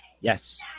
Yes